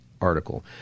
article